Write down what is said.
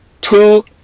two